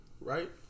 right